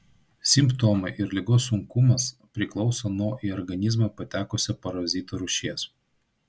simptomai ir ligos sunkumas priklauso nuo į organizmą patekusio parazito rūšies